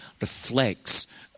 reflects